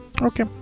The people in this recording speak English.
Okay